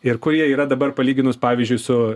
ir kur jie yra dabar palyginus pavyzdžiui su